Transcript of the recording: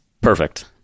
perfect